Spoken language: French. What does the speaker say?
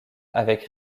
avec